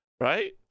right